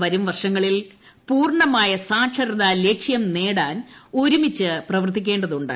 വരും വർഷങ്ങളിൽ പൂർണ്ണമായ സാക്ഷരതാ ലക്ഷ്യം നേടാൻ ഒരുമിച്ച് പ്രവർത്തിക്കേണ്ടതുണ്ട്